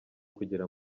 kugera